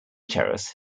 terrace